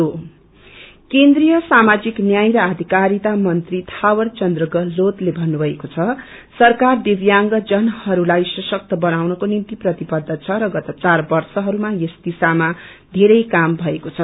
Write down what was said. handicap केन्द्रिय सामाजिक न्याय र आषिकारिता मंत्री थावर चन्द्र गह्तोतले थन्नुभएको छ सरकार दिव्यांग जनहरूलाई सशक्त बनाउनको निम्ति प्रतिबद्ध छ र गत चार वर्षछरूमा यस दिशामा धेरै काम भएको छ